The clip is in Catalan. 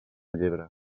llebre